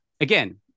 again